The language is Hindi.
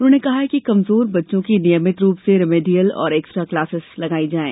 उन्होंने कहा कि कमजोर बच्चों की नियमित रूप से रेमेडियल और एकस्ट्रा क्लासेस लगाई जाये